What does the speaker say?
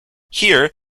here